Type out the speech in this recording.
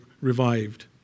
revived